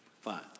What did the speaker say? Fine